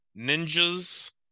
ninjas